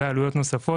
וכן לעלויות נוספות,